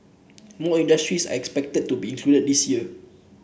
more industries are expected to be included this year